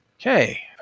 Okay